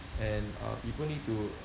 and uh people need to